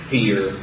fear